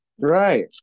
Right